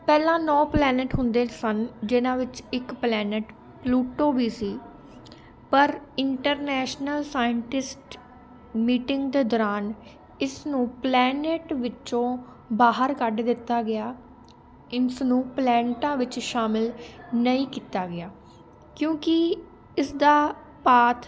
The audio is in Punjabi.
ਪਹਿਲਾਂ ਨੌ ਪਲੈਨਿਟ ਹੁੰਦੇ ਸਨ ਜਿਹਨਾਂ ਵਿੱਚ ਇੱਕ ਪਲੈਨਿਟ ਪਲੂਟੋ ਵੀ ਸੀ ਪਰ ਇੰਟਰਨੈਸ਼ਨਲ ਸਾਇੰਟਿਸਟ ਮੀਟਿੰਗ ਦੇ ਦੌਰਾਨ ਇਸ ਨੂੰ ਪਲੈਨਿਟ ਵਿੱਚੋਂ ਬਾਹਰ ਕੱਢ ਦਿੱਤਾ ਗਿਆ ਇਸ ਨੂੰ ਪਲੈਨਿਟਾਂ ਵਿੱਚ ਸ਼ਾਮਿਲ ਨਹੀਂ ਕੀਤਾ ਗਿਆ ਕਿਉਂਕਿ ਇਸਦਾ ਪਾਥ